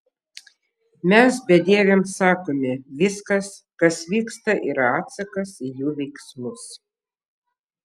mes bedieviams sakome viskas kas vyksta yra atsakas į jų veiksmus